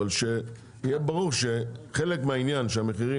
אבל שיהיה ברור שחלק מהעניין שהמחירים